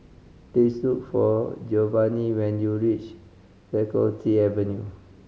please look for Geovanni when you reach Faculty Avenue